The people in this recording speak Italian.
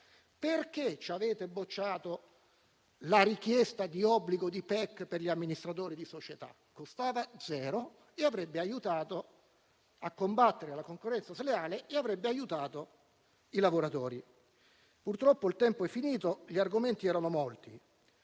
Perché ci avete bocciato la richiesta di obbligo di PEC per gli amministratori di società? Costava zero, avrebbe aiutato a combattere la concorrenza sleale e avrebbe aiutato i lavoratori. Purtroppo il tempo è finito e gli argomenti erano molti.